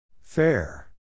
Fair